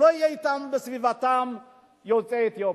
שלא יהיו בסביבתם יוצאי אתיופיה.